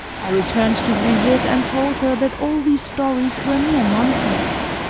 i returned to brigitte and told her that all these stories were mere nonsense,